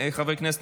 חברי הכנסת,